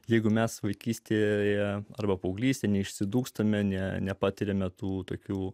jeigu mes vaikystėje arba paauglystėje išsidūkstame ne nepatiriame tų tokių